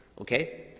okay